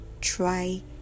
try